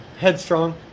headstrong